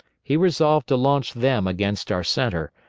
he resolved to launch them against our centre,